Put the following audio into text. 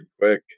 quick